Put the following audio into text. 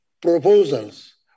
proposals